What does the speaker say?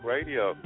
Radio